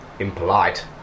Impolite